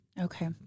Okay